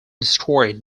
destroyed